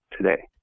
today